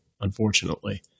unfortunately